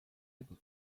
able